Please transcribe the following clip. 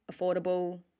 affordable